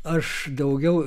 aš daugiau